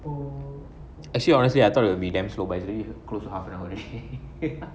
actually honestly I thought it'll be damn slow but it's already close to half an hour already